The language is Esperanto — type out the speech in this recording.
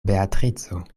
beatrico